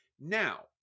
Now